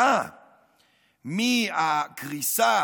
הקריסה,